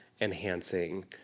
enhancing